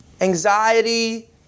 Anxiety